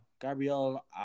Gabriel